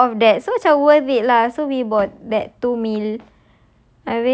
ah four of that so macam worth it lah so we bought that two meal